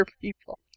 people